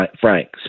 frank